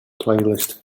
playlist